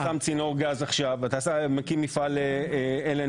כשאתה שם צינור גז עכשיו ואתה מקים מפעל LNG